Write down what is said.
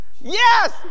Yes